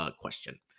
question